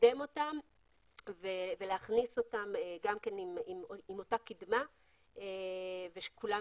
לקדם אותן ולהכניס אותן עם אותה קידמה כך שכולם